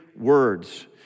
words